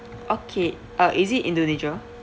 okay uh is it indonesia